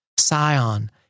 Sion